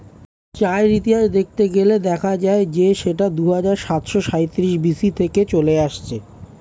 চায়ের ইতিহাস দেখতে গেলে দেখা যায় যে সেটা দুহাজার সাতশো সাঁইত্রিশ বি.সি থেকে চলে আসছে